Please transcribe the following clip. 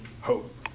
hope